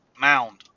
mound